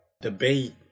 debate